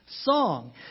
Song